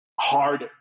hard